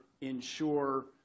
ensure